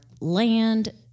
land